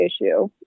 Issue